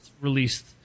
released